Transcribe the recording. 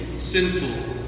sinful